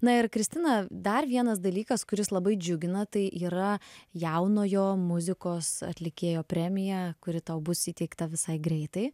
na ir kristina dar vienas dalykas kuris labai džiugina tai yra jaunojo muzikos atlikėjo premija kuri tau bus įteikta visai greitai